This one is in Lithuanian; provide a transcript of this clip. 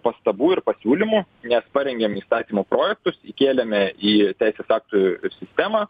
pastabų ir pasiūlymų nes parengėm įstatymo projektus įkėlėme į teisės aktų sistemą